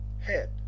Head